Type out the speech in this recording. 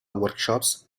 workshops